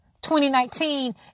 2019